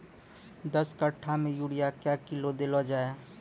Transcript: दस कट्ठा मे यूरिया क्या किलो देलो जाय?